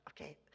Okay